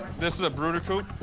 this is a brooder coop.